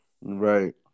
right